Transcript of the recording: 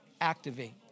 activate